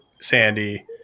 Sandy